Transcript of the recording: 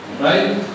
right